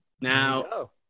Now